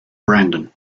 brandon